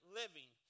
living